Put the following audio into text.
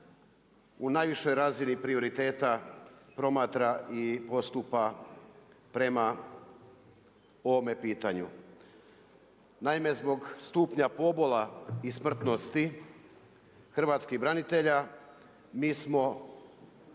u najvišoj razini prioriteta, promatra i odstupa prema ovome pitanju. Naime, zbog stupnja pobola i smrtnosti hrvatskih branitelja, mi smo